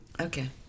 Okay